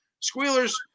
Squealers